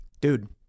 Dude